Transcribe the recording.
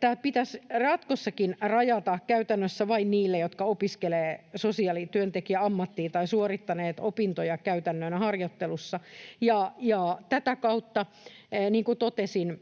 tämä pitäisi jatkossakin rajata käytännössä vain niille, jotka opiskelevat sosiaalityöntekijän ammattiin tai ovat suorittaneet opintoja käytännön harjoittelussa. Ja tätä kautta, niin kuin totesin,